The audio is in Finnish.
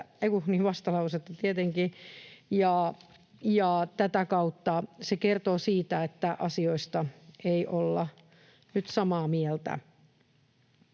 tätä kautta se kertoo siitä, että asioista ei olla nyt samaa mieltä.